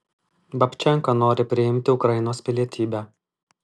babčenka nori priimti ukrainos pilietybę